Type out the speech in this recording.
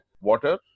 water